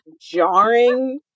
jarring